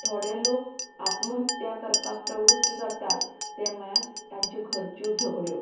थोडे लोक आत्महत्या करपाक प्रवृत्त जातात तें म्हळ्यार तांच्यो घरच्यो झगड्यो